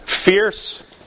Fierce